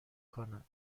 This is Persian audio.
کند